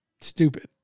stupid